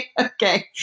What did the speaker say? Okay